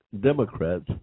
Democrats